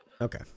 Okay